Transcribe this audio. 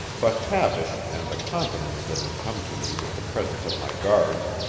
but habit, and the confidence that had come to me with the presence of my guards,